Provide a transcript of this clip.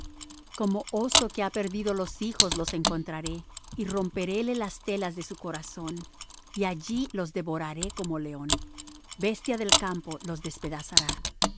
como oso que ha perdido los hijos los encontraré y romperé las telas de su corazón y allí los devoraré como león bestia del campo los despedazará